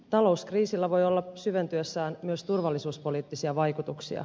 talouskriisillä voi olla syventyessään myös turvallisuuspoliittisia vaikutuksia